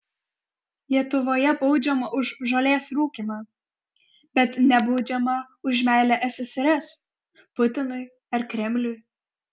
lietuvoje baudžiama už žolės rūkymą bet nebaudžiama už meilę ssrs putinui ar kremliui